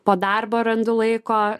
po darbo randu laiko